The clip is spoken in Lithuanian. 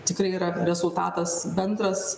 tikrai yra rezultatas bendras